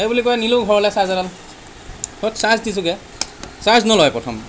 সেইবুলি কৈ নিলোঁ ঘৰলৈ চাৰ্জাৰডাল ঘৰত চাৰ্জ দিছোঁগৈ চাৰ্জ নলয় প্ৰথম